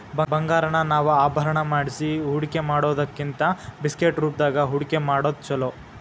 ಬಂಗಾರಾನ ನಾವ ಆಭರಣಾ ಮಾಡ್ಸಿ ಹೂಡ್ಕಿಮಾಡಿಡೊದಕ್ಕಿಂತಾ ಬಿಸ್ಕಿಟ್ ರೂಪ್ದಾಗ್ ಹೂಡ್ಕಿಮಾಡೊದ್ ಛೊಲೊ